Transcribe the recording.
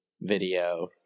video